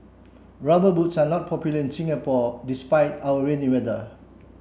rubber boots are not popular in Singapore despite our rainy weather